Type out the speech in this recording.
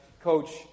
coach